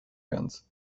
guns